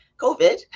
covid